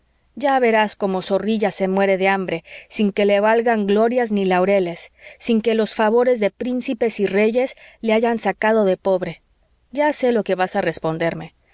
ya verás cómo zorrilla se muere de hambre sin que le valgan glorias ni laureles sin que los favores de príncipes y reyes le hayan sacado de pobre ya sé lo que vas a responderme